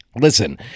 listen